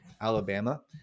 Alabama